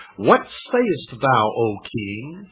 what sayest thou, o king?